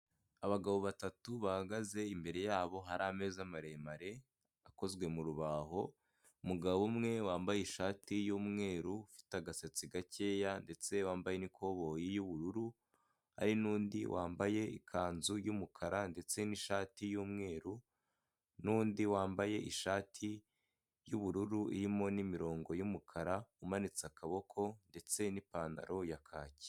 Abagabo batatu bahagaze imbere yabo hari ameza maremare akozwe mu rubaho, umugabo umwe wambaye ishati y'umweru ufite agasatsi gakeya ndetse wambaye n'ikoboyi y'ubururu, hari n'undi wambaye ikanzu y'umukara ndetse n'ishati y'umweru n'undi wambaye ishati y'ubururu irimo n'imirongo y'umukara umanitse akaboko ndetse n'ipantaro ya kaki.